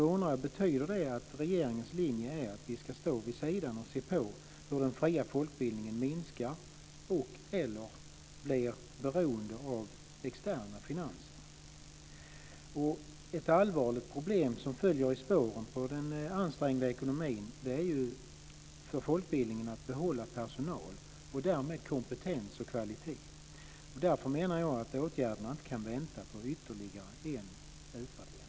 Då undrar jag: Betyder det att regeringens linje är att vi ska stå vid sidan och se på hur den fria folkbildningen minskar eller blir beroende av externa finanser? Ett allvarligt problem för folkbildningen i spåren av den ansträngda ekonomin är att behålla personal och därmed kompetens och kvalitet. Därför menar jag att åtgärderna inte kan vänta på ytterligare en utvärdering.